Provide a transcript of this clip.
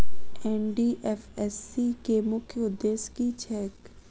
NDFSC केँ मुख्य उद्देश्य की छैक?